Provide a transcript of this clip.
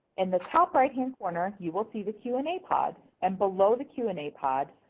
in the top right-hand corner, you will see the q and a pod. and below the q and a pod,